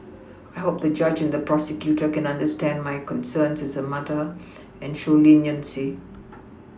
I hope the judge and the prosecutor can understand my concerns as a mother and show leniency